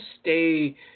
stay